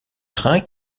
train